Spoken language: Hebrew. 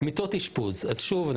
מיטות אשפוז שוב,